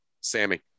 Sammy